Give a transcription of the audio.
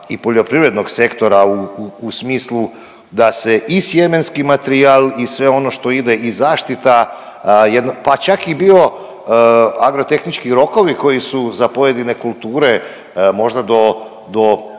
i poljoprivrednog sektora u smislu da se i sjemenski materijal i sve ono što ide i zaštita pa čak je bio agrotehnički rokovi koji su za pojedine kulture možda do